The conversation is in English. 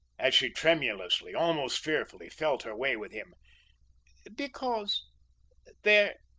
as she tremulously, almost fearfully, felt her way with him because there